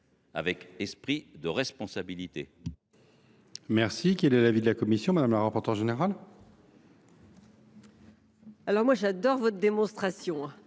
un esprit de responsabilité,